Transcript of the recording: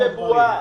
הוא חי בבועה.